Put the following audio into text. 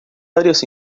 áreas